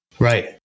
Right